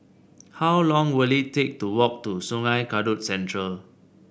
how long will it take to walk to Sungei Kadut Central